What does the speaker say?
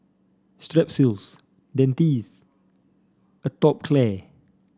Strepsils Dentiste Atopiclair